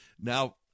Now